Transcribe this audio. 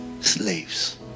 slaves